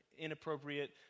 inappropriate